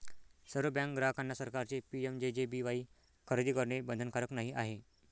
सर्व बँक ग्राहकांना सरकारचे पी.एम.जे.जे.बी.वाई खरेदी करणे बंधनकारक नाही आहे